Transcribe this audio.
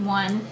one